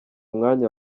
mwanya